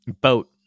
Boat